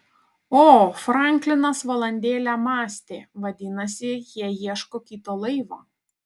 o franklinas valandėlę mąstė vadinasi jie ieško kito laivo